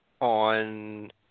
on